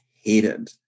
hated